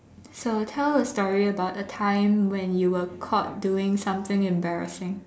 so tell a story about a time when you were caught doing something embarrassing